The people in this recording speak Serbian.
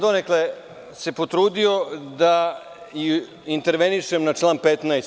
Donekle sam se potrudio da intervenišem na član 15.